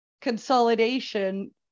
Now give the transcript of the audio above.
consolidation